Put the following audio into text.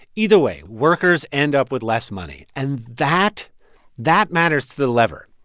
either way, workers end up with less money. and that that matters to the lever.